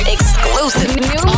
Exclusive